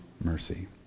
mercy